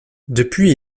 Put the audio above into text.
depuis